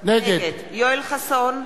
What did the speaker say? נגד יואל חסון,